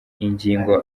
ingingo